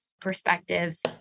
perspectives